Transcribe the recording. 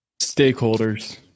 Stakeholders